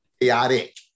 chaotic